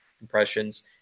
impressions